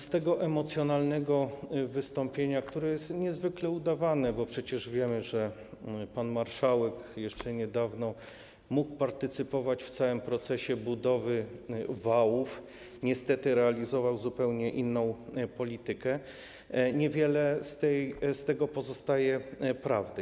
Z tego emocjonalnego wystąpienia - które jest niezwykle udawane, bo przecież wiemy, że pan marszałek jeszcze niedawno mógł partycypować w całym procesie budowy wałów, niestety realizował zupełnie inną politykę - niewiele pozostaje prawdy.